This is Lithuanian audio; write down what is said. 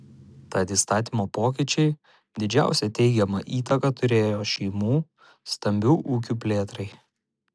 tad įstatymo pokyčiai didžiausią teigiamą įtaką turėjo šeimų stambių ūkių plėtrai